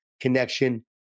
connection